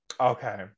Okay